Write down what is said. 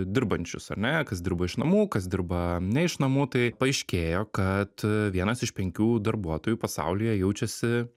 dirbančius ar ne kas dirba iš namų kas dirba ne iš namų tai paaiškėjo kad vienas iš penkių darbuotojų pasaulyje jaučiasi